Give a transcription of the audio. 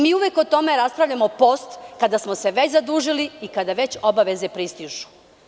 Mi uvek o tome raspravljamo post, kada smo se već zadužili i kada već obaveze pristižu.